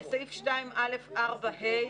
בסעיף 2(א)(4)(ה),